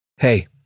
Hey